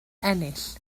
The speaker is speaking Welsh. ennill